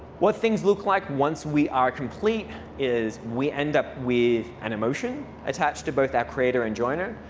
what things look like once we are complete is we end up with an emotion attached to both our creator and joiner.